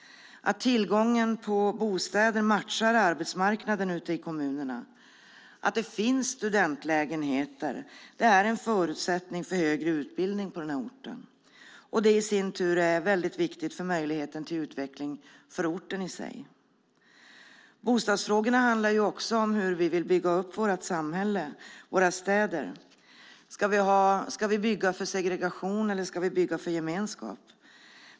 Att tillgången på bostäder matchar arbetsmarknaden ute i kommunerna och att det finns studentlägenheter är en förutsättning för högre utbildning på orten. Det i sin tur är väldigt viktigt för möjligheten till utveckling för orten i sig. Bostadsfrågorna handlar också om hur vi vill bygga upp vårt samhälle och våra städer. Ska vi bygga för segregation eller för gemenskap?